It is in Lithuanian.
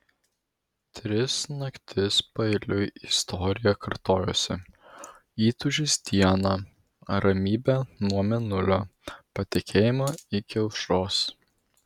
tris naktis paeiliui istorija kartojosi įtūžis dieną ramybė nuo mėnulio patekėjimo iki aušros